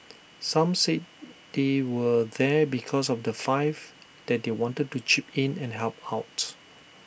some said they were there because of the five that they wanted to chip in and help out